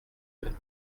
même